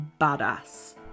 badass